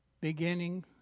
beginning